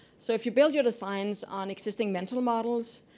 so if you build your designs on existing mental models,